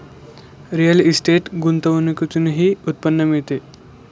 real estate गुंतवणुकीतूनही उत्पन्न मिळते